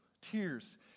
tears